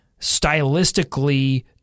stylistically –